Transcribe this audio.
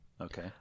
Okay